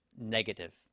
negative